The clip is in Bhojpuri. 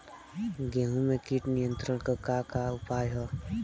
गेहूँ में कीट नियंत्रण क का का उपाय ह?